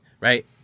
Right